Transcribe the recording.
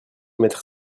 mettre